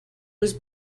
was